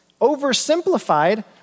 oversimplified